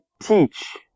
teach